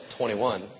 21